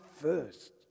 first